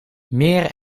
meer